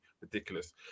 ridiculous